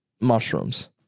mushrooms